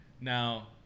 Now